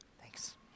Thanks